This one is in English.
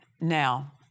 Now